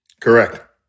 Correct